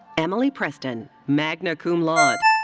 emily preston, magna cum laude.